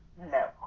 No